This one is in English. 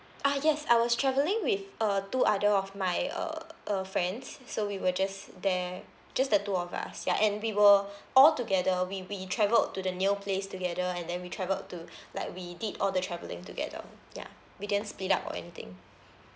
ah yes I was travelling with uh two other of my err uh friends so we were just there just the two of us ya and we were all together we we travelled to the new place together and then we travelled to like we did all the travelling together ya we didn't split up or anything